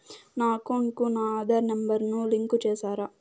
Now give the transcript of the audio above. నా అకౌంట్ కు నా ఆధార్ నెంబర్ ను లింకు చేసారా